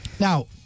Now